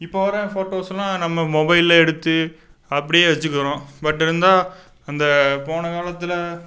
இப்போது வர ஃபோட்டோஸெலாம் நம்ம மொபைலில் எடுத்து அப்படியே வச்சுக்கிறோம் பட் இருந்தால் அந்த போன காலத்தில்